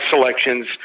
selections